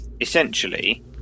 essentially